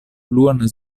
bluan